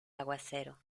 aguacero